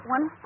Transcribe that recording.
One